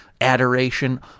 adoration